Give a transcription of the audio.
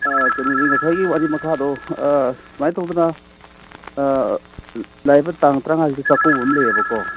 ꯀꯩꯅꯣꯁꯤ ꯉꯁꯥꯏꯒꯤ ꯋꯥꯔꯤ ꯃꯈꯥꯗꯣ ꯁꯨꯃꯥꯏꯅ ꯇꯧꯗꯅ ꯂꯥꯛꯏꯕ ꯇꯥꯡ ꯇꯔꯥꯃꯉꯥꯁꯤꯗ ꯆꯥꯛꯆꯧꯕ ꯑꯃ ꯂꯩꯌꯦꯕꯀꯣ